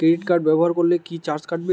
Credit card ব্যাবহার করলে কি চার্জ কাটবে?